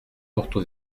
porto